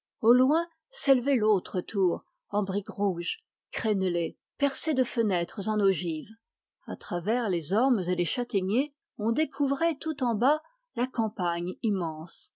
au loin s'élevait l'autre tour en briques rouges crénelée percée de fenêtres en ogive à travers les ormes et les châtaigniers on découvrait tout en bas la campagne immense